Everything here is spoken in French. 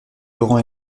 laurent